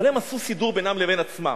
אבל הם עשו סידור בינם לבין עצמם,